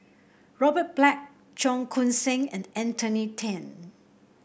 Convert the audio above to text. Robert Black Cheong Koon Seng and Anthony Then